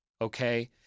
okay